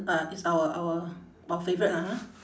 uh it's our our our favorite ah ha